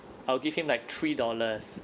I will give him like three dollars